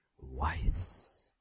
wise